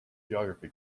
geography